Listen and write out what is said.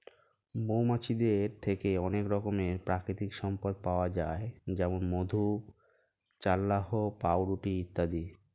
মৌমাছিদের থেকে অনেক রকমের প্রাকৃতিক সম্পদ পাওয়া যায় যেমন মধু, চাল্লাহ্ পাউরুটি ইত্যাদি